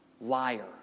Liar